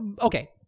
Okay